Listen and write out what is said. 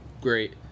great